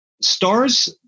Stars